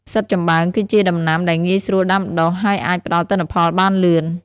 ផ្សិតចំបើង គឺជាដំណាំដែលងាយស្រួលដាំដុះ ហើយអាចផ្តល់ទិន្នផលបានលឿន។